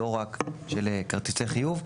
לא רק של כרטיסי חיוב.